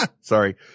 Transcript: Sorry